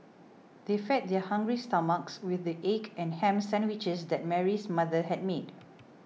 they fed their hungry stomachs with the egg and ham sandwiches that Mary's mother had made